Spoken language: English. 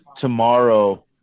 tomorrow